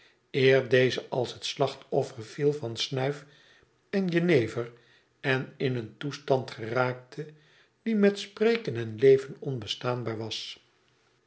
eer deze als het slachtoffer viel van snuif en jenever en in een toestand geraakte die met spreken en leven onbestaanbaar was